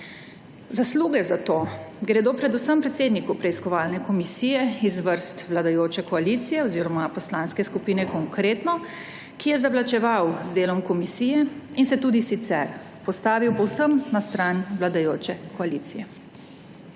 Zasluge za to gredo predvsem predsedniku preiskovalne komisije iz vrst vladajoče koalicije oziroma Poslanske skupine Konkretno, ki je zavlačeval z delom komisije in se tudi sicer postavil povsem na stran vladajoče koalicije.